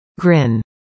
Grin